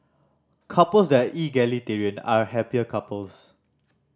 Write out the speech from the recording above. couples that are egalitarian are happier couples